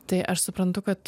tai aš suprantu kad